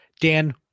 Dan